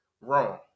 wrong